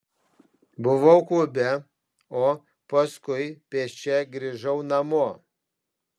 buvau klube o paskui pėsčia grįžau namo